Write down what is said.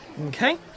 Okay